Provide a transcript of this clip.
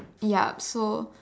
yup so